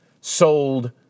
Sold